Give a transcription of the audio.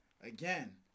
again